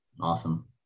Awesome